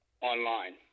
online